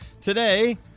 Today